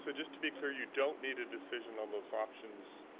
so just to be clear, you don't need a decision on those options.